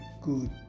good